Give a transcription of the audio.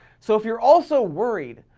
so if you're also worried,